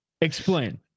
explain